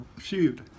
Shoot